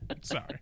Sorry